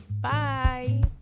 bye